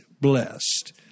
blessed